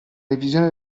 revisione